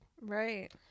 Right